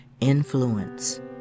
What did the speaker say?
influence